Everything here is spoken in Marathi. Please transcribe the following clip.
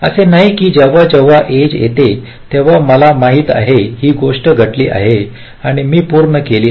असे नाही की जेव्हा जेव्हा एज येते तेव्हा मला माहित आहे की गोष्ट घडली आहे आणि मी पूर्ण केली आहे